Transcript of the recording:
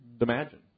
imagine